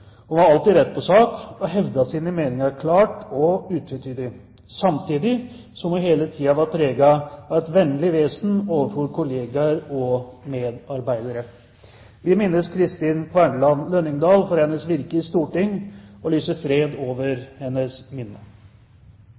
alltid rett på sak og hevdet sine meninger klart og utvetydig, samtidig som hun hele tiden var preget av et vennlig vesen overfor kolleger og medarbeidere. Vi minnes Kristin Kverneland Lønningdal for hennes virke i Stortinget og lyser fred over hennes minne.